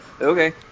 Okay